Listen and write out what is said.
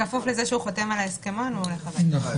בכפוף לזה שהוא חותם על ההסכמון, הוא הולך הביתה.